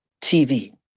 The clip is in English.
TV